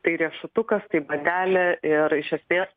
tai riešutukas tai bandelė ir iš esmės